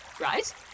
right